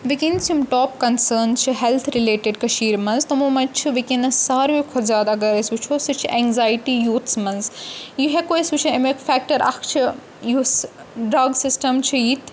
وٕنکیٚنَس یِم top concerns چھِ ہیٚلتھ رِلیٹِڈ کٔشیٖر مَنٛز تٕمو مَنٛز چھِ وٕنکیٚنَس سارویو کھۄتہٕ زیادٕ اَگر أسۍ وٕچھو سُہ چھِ ایٚنٛزایٹی یوٗتھَس منٛز یہِ ہیٚکو أسۍ وٕچھو اَمیُک فیٚکٹَر اَکھ چھِ یُس ڈرٛگ سِسٹَم چھُ ییٚتہِ